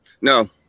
No